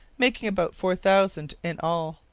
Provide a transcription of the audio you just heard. making about four thousand in all.